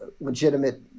legitimate